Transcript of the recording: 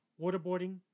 waterboarding